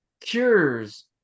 cures